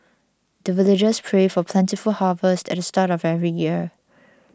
the villagers pray for plentiful harvest at the start of every year